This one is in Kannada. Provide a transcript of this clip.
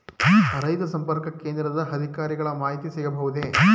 ರೈತ ಸಂಪರ್ಕ ಕೇಂದ್ರದ ಅಧಿಕಾರಿಗಳ ಮಾಹಿತಿ ಸಿಗಬಹುದೇ?